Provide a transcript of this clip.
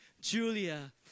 Julia